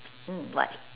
um what